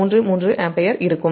33 ampere இருக்கும்